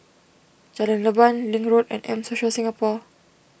Jalan Leban Link Road and M Social Singapore